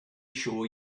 sure